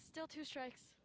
still two strikes